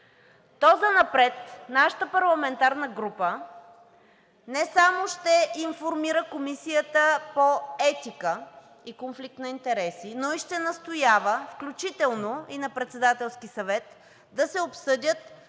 то занапред нашата парламентарна група не само ще информира Комисията по етика и конфликт на интереси, но и ще настоява, включително и на Председателски съвет, да се обсъдят